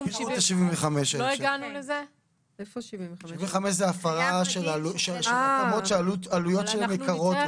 75,000 זה הפרה של התאמות של עלויות שהן יקרות.